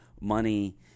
money